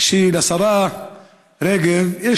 שלשרה רגב יש